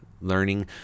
learning